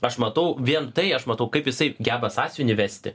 aš matau vien tai aš matau kaip jisai geba sąsiuvinį vesti